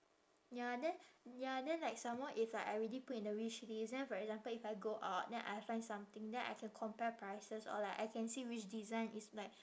ya then ya then like some more if like I already put in the wishlist then for example if I go out then I find something then I can compare prices or like I can see which design is like